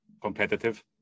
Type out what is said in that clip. competitive